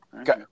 okay